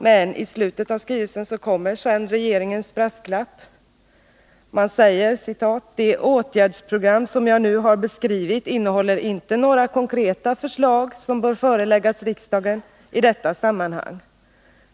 Men i slutet av skrivelsen kommer regeringens brasklapp: ”Det åtgärdsprogram som jag nu har beskrivit innehåller inte några konkreta förslag som bör föreläggas riksdagen i detta sammanhang.